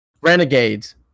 Renegades